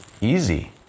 easy